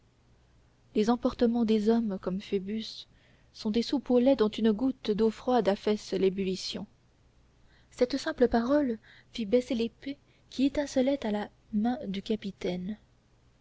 les emportements des hommes comme phoebus sont des soupes au lait dont une goutte d'eau froide affaisse l'ébullition cette simple parole fit baisser l'épée qui étincelait à la main du capitaine